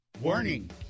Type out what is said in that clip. Warning